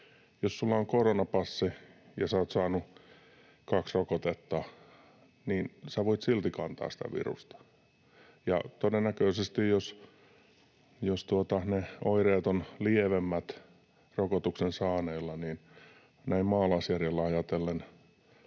Jos sinulla on koronapassi ja sinä olet saanut kaksi rokotetta, niin sinä voit silti kantaa sitä virusta. Ja todennäköisesti jos ne oireet ovat lievemmät rokotuksen saaneilla, niin näin maalaisjärjellä ajatellen